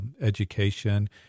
education